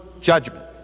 judgment